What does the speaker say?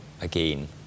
again